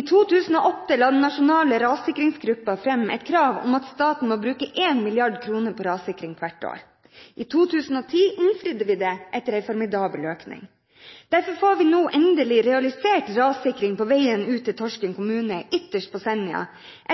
I 2008 la Nasjonal rassikringsgruppe fram et krav om at staten må bruke 1 mrd. kr på rassikring hvert år. I 2010 innfridde vi det, etter en formidabel økning. Derfor får vi nå endelig realisert rassikring på veien ut til Torsken kommune, ytterst på Senja,